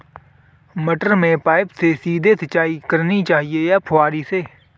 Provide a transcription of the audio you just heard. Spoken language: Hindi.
मटर में पाइप से सीधे सिंचाई करनी चाहिए या फुहरी से?